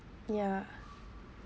ya